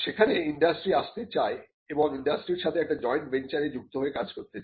সেখানে ইন্ডাস্ট্রি আসতে চায় এবং ইউনিভার্সিটির সাথে একটা জয়েন্ট ভেঞ্চার এ যুক্ত হয়ে কাজ করতে চায়